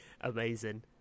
Amazing